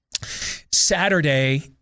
Saturday